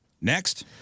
Next